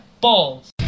balls